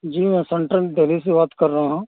جی میں سینٹرل دہلی سے بات کر رہا ہوں